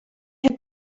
had